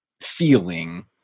feeling